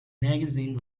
magazine